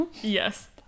Yes